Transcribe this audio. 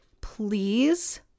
please